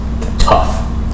tough